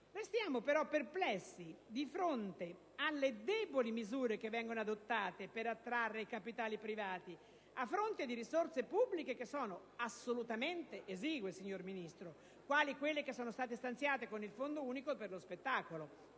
restiamo però perplessi di fronte alle deboli misure che vengono adottate per attrarre capitali privati a fronte di risorse pubbliche, che sono assolutamente esigue, signor Ministro, quali quelle stanziate con il Fondo unico per lo spettacolo.